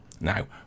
Now